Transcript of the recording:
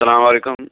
سلامُ علیکُم